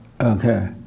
Okay